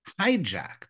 hijacked